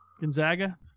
Gonzaga